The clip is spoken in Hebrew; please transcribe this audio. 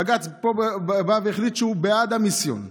בג"ץ פה בא והחליט שהוא בעד המיסיון.